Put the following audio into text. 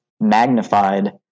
magnified